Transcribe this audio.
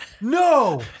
no